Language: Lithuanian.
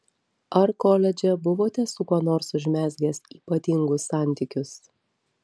ar koledže buvote su kuo nors užmezgęs ypatingus santykius